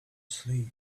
sleep